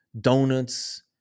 donuts